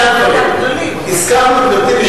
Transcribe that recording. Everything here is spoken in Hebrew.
גברתי,